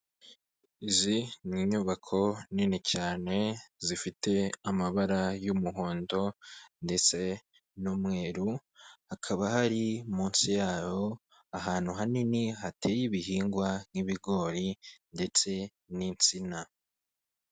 Izi ni inyubako nini cyane zifite amabara y'umuhondo ndetse n'umweru, hakaba hari munsi yaho ahantu hanini hateye ibihingwa nk'ibigori ndetse n'insina.